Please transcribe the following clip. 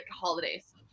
holidays